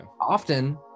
often